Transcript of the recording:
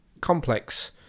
complex